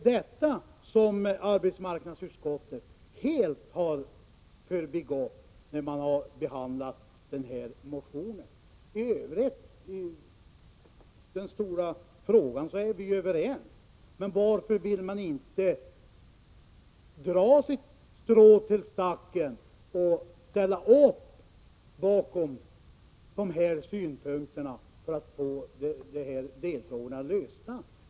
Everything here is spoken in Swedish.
Detta har arbetsmarknadsutskottet helt förbigått när det behandlat motionen. I övrigt, i den stora frågan, är vi överens. Varför vill man då inte dra sitt strå i stacken och ställa sig bakom dessa synpunkter för att få delfrågorna lösta?